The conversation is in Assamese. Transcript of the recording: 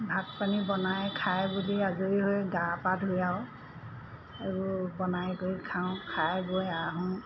ভাত পানী বনাই খাই বৈ আজৰি হৈ গা পা ধুই আৰু আৰু বনাই কৰি খাওঁ খাই গৈ আহোঁ